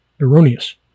erroneous